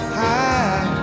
high